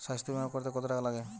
স্বাস্থ্যবীমা করতে কত টাকা লাগে?